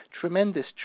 tremendous